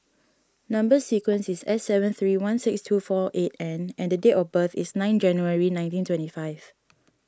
Number Sequence is S seven three one six two four eight N and date of birth is nine January nineteen twenty five